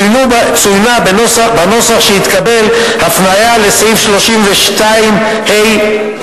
צוינה בנוסח שהתקבל הפניה לסעיף 32ה(ב),